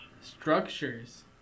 Structures